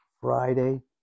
Friday